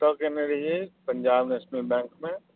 कतऽ केने रहिए पञ्जाब नेशनल बैंकमे